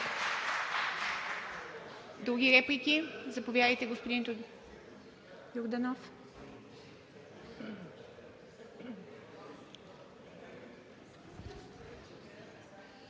Други реплики? Заповядайте, господин Йорданов.